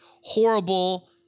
horrible